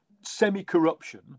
semi-corruption